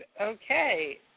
Okay